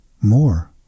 more